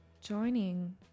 Joining